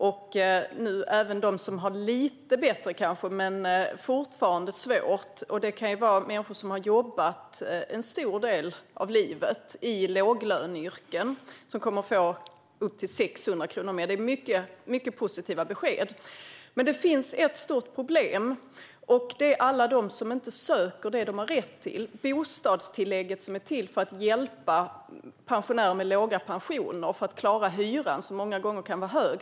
De som kanske har det lite bättre men fortfarande har det svårt - det kan vara människor som har jobbat en stor del av livet i låglöneyrken - kommer att få upp till 600 kronor mer. Det är mycket positiva besked. Men det finns ett stort problem, nämligen alla de som inte söker det som de har rätt till. Bostadstillägget är till för att hjälpa pensionärer med låga pensioner att klara hyran, som många gånger kan vara hög.